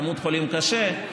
כמות החולים קשה,